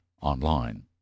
online